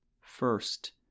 First